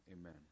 amen